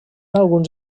alguns